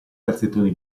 calzettoni